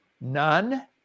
None